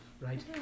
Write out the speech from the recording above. right